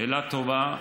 שאלה טובה.